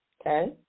okay